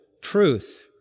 truth